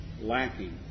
lacking